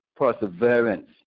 perseverance